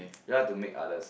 yea to make others